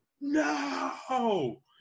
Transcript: no